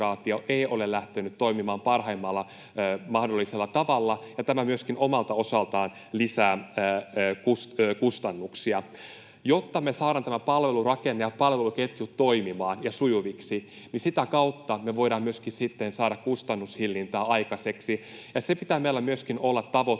ei ole lähtenyt toimimaan parhaimmalla mahdollisella tavalla, ja tämä myöskin omalta osaltaan lisää kustannuksia. Kun me saadaan palvelurakenne ja palveluketju toimimaan ja sujuviksi, niin sitä kautta me voidaan sitten myöskin saada kustannushillintää aikaiseksi. Ja sen pitää meillä myöskin olla tavoitteena,